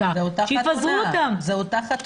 נכון שאופי של אירוע בפאב שונה מאופי של חתונה,